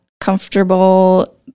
comfortable